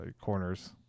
corners